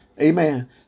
Amen